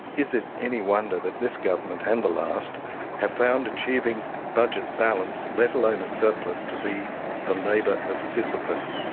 is it any wonder that this government and the last have found achieving budget balance let alone a surplus to be the labour of sisyphus?